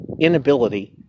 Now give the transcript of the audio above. inability